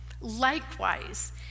Likewise